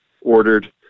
ordered